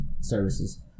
services